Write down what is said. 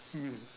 mm